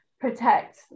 protect